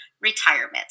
retirement